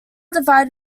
divided